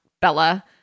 Bella